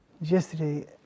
Yesterday